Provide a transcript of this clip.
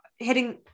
hitting